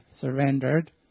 surrendered